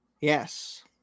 Yes